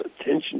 attention